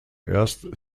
erst